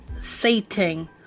Satan